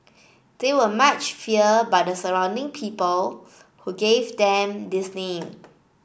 they were much feared by the surrounding people who gave them this name